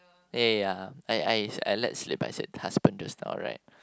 ya ya I I I let slip but I said husband just now right